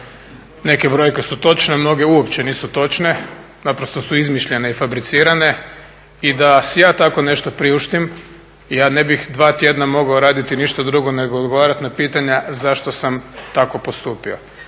Neke brojke su točne, mnoge uopće nisu točne. Naprosto su izmišljene i fabricirane. I da si ja tako nešto priuštim ja ne bih dva tjedna mogao raditi ništa drugo, nego odgovarati na pitanja zašto sam tako postupio.